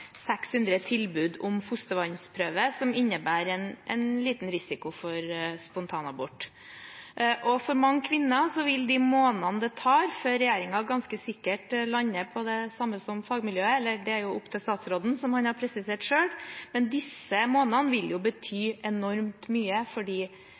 600 tilbud om fostervannsprøve, noe som innebærer en liten risiko for spontanabort. For de kvinnene det gjelder, vil månedene det tar før regjeringen ganske sikkert lander på det samme som fagmiljøet – eller det er jo opp til statsråden, som han selv har presisert